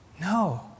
No